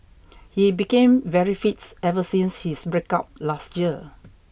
he became very fit ever since his breakup last year